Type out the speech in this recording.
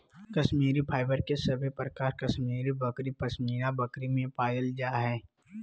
Kashmiri fibre के सभे प्रकार कश्मीरी बकरी, पश्मीना बकरी में पायल जा हय